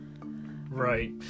Right